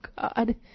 god